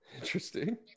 Interesting